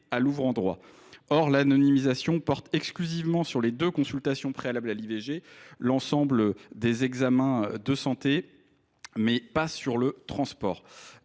à l’ouvrant droit ». Or l’anonymisation porte exclusivement sur les deux consultations préalables à l’IVG et l’ensemble des examens de santé, mais pas sur le transport.